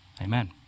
amen